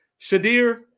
Shadir